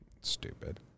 Stupid